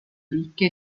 ricche